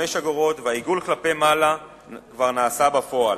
אגורות והעיגול כלפי מעלה כבר נעשה בפועל,